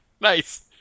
Nice